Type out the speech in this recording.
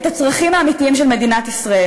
את הצרכים האמיתיים של מדינת ישראל.